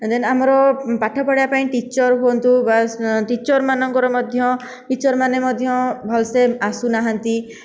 ଦେନ୍ ଆମର ପାଠ ପଢ଼େଇବା ପାଇଁ ଟୀଚର ହୁଅନ୍ତୁ ଗାର୍ଲସ ଟୀଚର ମାନଙ୍କର ମଧ୍ୟ ଟୀଚର ମାନେ ମଧ୍ୟ ଭଲସେ ଆସୁନାହାନ୍ତି